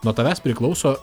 nuo tavęs priklauso